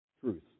truth